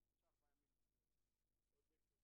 אני רוצה להוסיף עוד משהו